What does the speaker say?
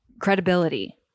credibility